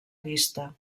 vista